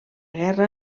guerra